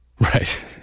Right